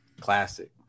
Classic